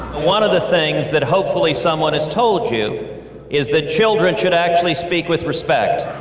one of the things that hopefully some one has told you is that children should actually speak with respect.